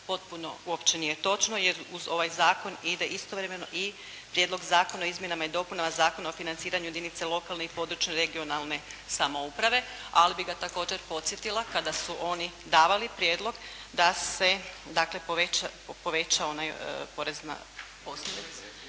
potpuno uopće nije točno, jer uz ovaj zakon ide istovremeno i Prijedlog zakona o izmjenama i dopunama Zakona o financiranju jedinica lokalne i područne (regionalne) samouprave, ali bih ga također podsjetila kada su oni davali prijedlog da se dakle poveća onaj porez na,